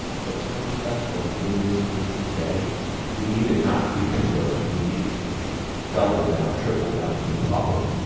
what's so special is that in this room today we need it not to be preserved. we need it to be doubled down, tripled down, quintupled,